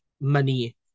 money